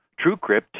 TrueCrypt